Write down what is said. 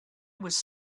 was